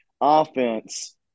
offense